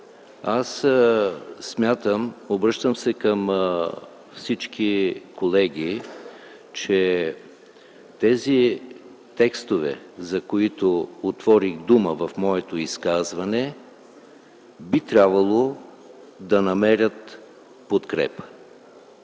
сте. Обръщам се към всички колеги: аз смятам, че тези текстове, за които отворих дума в моето изказване, би трябвало да намерят подкрепа.